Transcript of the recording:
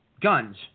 guns